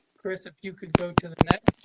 chris, if you could go to the